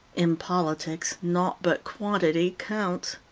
in politics, naught but quantity counts.